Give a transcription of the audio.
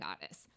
goddess